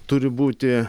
turi būti